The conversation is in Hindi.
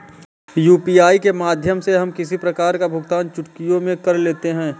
यू.पी.आई के माध्यम से हम किसी प्रकार का भुगतान चुटकियों में कर लेते हैं